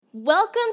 Welcome